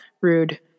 Rude